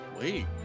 wait